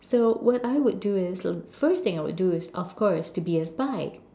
so what I would do is the first thing I would do is of course to be a spy